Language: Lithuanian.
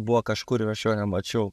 buvo kažkur ir aš jo nemačiau